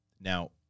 Now